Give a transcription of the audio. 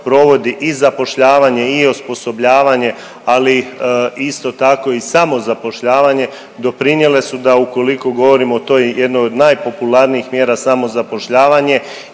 i zapošljavanje i osposobljavanje ali isto tako i samozapošljavanje doprinijele da ukoliko govorimo o toj jednoj od najpopularnijih mjera samozapošljavanje